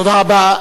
תודה רבה.